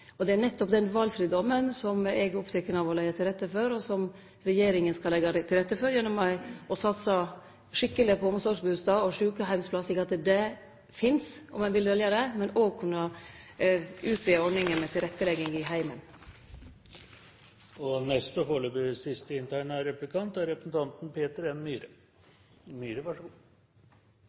og det var deira val. Det er nettopp den valfridomen som eg er oppteken av å leggje til rette for, og som regjeringa skal leggje til rette for, gjennom ei skikkeleg satsing på omsorgsbustader og sjukeheimsplassar, slik at dei finst, om ein vil velje det, men òg ved å utvide ordninga med tilrettelegging i heimen. Jeg merket meg statsrådens for så